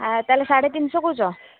ଆଉ ତା'ହେଲେ ସାଢ଼େ ତିନିଶହ କହୁଛ